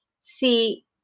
See